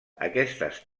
aquestes